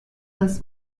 das